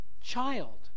child